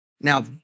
Now